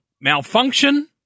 malfunction